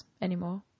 anymore